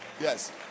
Yes